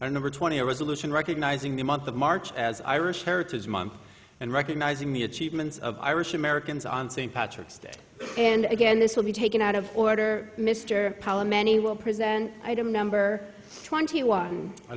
or number twenty a resolution recognizing the month of march as irish heritage month and recognizing the achievements of irish americans on st patrick's day and again this will be taken out of order mr palmer and he will present item number twenty one